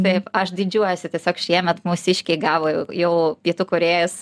taip aš didžiuojuosi tiesiog šiemet mūsiškiai gavo jau jau pietų korės